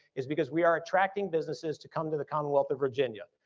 is because we are attracting businesses to come to the commonwealth of virginia.